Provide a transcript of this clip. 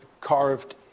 carved